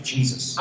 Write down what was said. Jesus